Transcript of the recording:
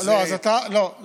לא,